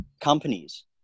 companies